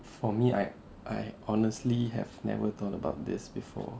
for me I I honestly have never thought about this before